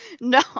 No